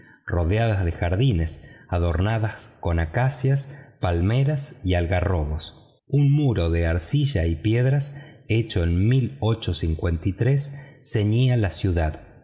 rodeadas de jardines adornadas con acacias palmera y algarrobos un muro de arcilla y piedras hecho en ceñía la ciudad